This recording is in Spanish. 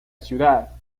ciudad